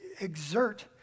exert